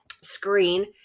screen